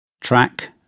Track